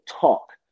talk